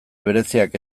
bereziak